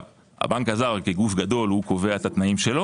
הבנק הזר כגוף גדול קובע את תנאיו,